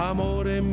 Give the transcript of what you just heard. Amore